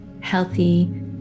healthy